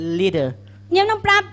leader